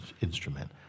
instrument